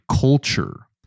culture